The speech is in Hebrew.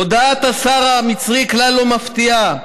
הודעת השר המצרי כלל לא מפתיעה,